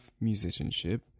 musicianship